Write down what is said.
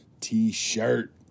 t-shirt